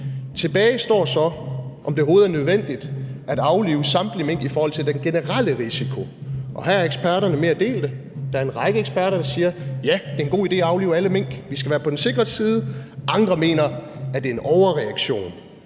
Tilbage står så, om det overhovedet er nødvendigt at aflive samtlige mink i forhold til den generelle risiko. Og her er eksperterne mere delte. Der er en række eksperter, der siger, at ja, det er en god idé at aflive alle mink, vi skal være på den sikre side. Andre mener, at det er en overreaktion.